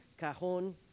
cajon